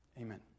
Amen